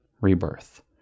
rebirth